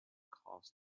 caused